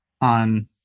on